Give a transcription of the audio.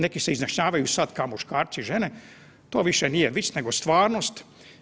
Neki se izjašnjavaju sad kao muškarci i žene, to više nije vic nego stvarnost.